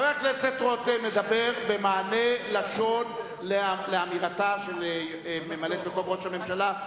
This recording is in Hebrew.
חבר הכנסת רותם מדבר במענה לשון ביחס לאמירתה של ממלאת-מקום ראש הממשלה,